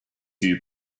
two